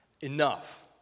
enough